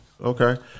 Okay